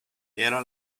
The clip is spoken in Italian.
era